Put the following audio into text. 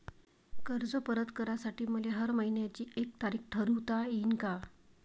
कर्ज परत करासाठी मले हर मइन्याची एक तारीख ठरुता येईन का?